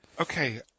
Okay